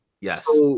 yes